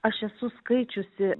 aš esu skaičiusi